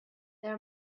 there